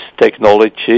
technology